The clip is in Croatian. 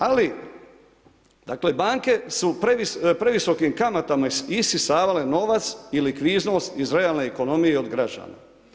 Ali dakle banke su previsokim kamatama isisavale novac i likvidnost iz realne ekonomije od građana.